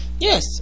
Yes